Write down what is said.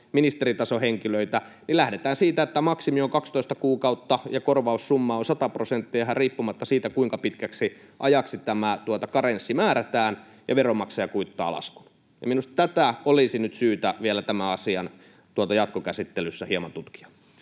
ministeritason henkilöitä, lähdetään siitä, että maksimi on 12 kuukautta ja korvaussumma on sata prosenttia, ihan riippumatta siitä, kuinka pitkäksi ajaksi tämä karenssi määrätään, ja veronmaksaja kuittaa laskun. Minusta tätä olisi nyt syytä vielä tämän asian jatkokäsittelyssä hieman tutkia.